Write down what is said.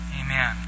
Amen